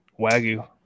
Wagyu